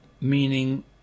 meaning